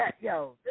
yo